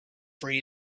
free